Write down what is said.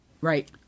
right